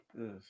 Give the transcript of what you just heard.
yes